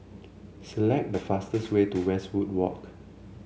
select the fastest way to Westwood Walk